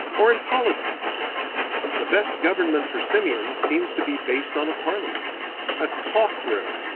or in politics the best government for simians seems to be based on a parliament a talk-room,